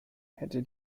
hätte